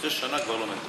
אחרי שנה הוא כבר לא מקבל.